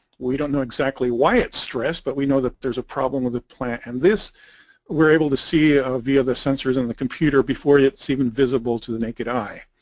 we don't know exactly why it's stressed, but we know that there's a problem with the plant and this we're able to see ah a via the sensors in the computer before it's even visible to the naked eye.